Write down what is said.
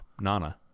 nana